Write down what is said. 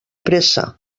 pressa